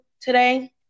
today